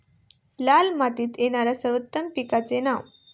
लाल मातीत येणाऱ्या सर्वोत्तम पिकांची नावे?